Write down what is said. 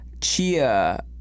Chia